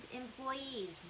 employees